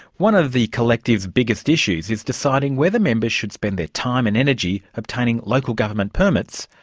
one of the collective's biggest issues is deciding whether members should spend their time and energy obtaining local government permits,